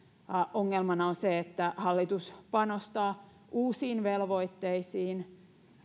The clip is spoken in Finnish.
ongelmana on se että hallitus panostaa uusiin velvoitteisiin